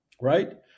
right